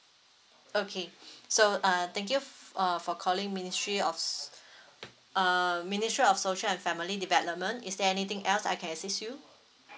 okay so uh thank you f~ uh for calling ministry of s~ err ministry of social and family development is there anything else I can assist you